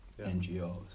NGOs